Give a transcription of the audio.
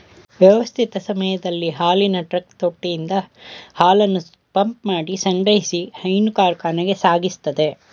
ವ್ಯವಸ್ಥಿತ ಸಮಯದಲ್ಲಿ ಹಾಲಿನ ಟ್ರಕ್ ತೊಟ್ಟಿಯಿಂದ ಹಾಲನ್ನು ಪಂಪ್ಮಾಡಿ ಸಂಗ್ರಹಿಸಿ ಹೈನು ಕಾರ್ಖಾನೆಗೆ ಸಾಗಿಸ್ತದೆ